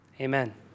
Amen